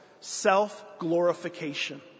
Self-glorification